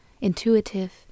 intuitive